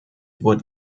what